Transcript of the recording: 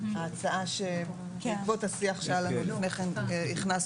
ההצעה שבעקבות השיח שהיה לנו לפני כן הכנסנו,